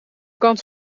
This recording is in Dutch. kans